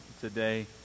today